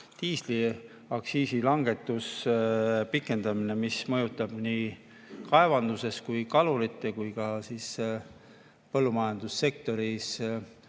diisli aktsiisi langetuse pikendamine, mis mõjutab nii kaevandustes, nii kalurite kui ka põllumajandussektoris